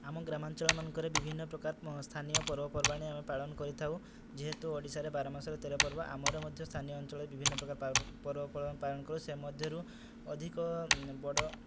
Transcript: ଆମ ଗ୍ରାମାଞ୍ଚଳମାନଙ୍କରେ ବିଭିନ୍ନ ପ୍ରକାର ସ୍ଥାନୀୟ ପର୍ବପର୍ବାଣୀ ଆମେ ପାଳନ କରିଥାଉ ଯେହେତୁ ଓଡ଼ିଶାରେ ବାର ମାସରେ ତେର ପର୍ବ ଆମର ମଧ୍ୟ ସ୍ଥାନୀୟ ଅଞ୍ଚଳରେ ବିଭିନ୍ନ ପ୍ରକାର ପା ପର୍ବପର୍ବାଣୀ ପାଳନ କରୁ ସେ ମଧ୍ୟରୁ ଅଧିକ ବଡ଼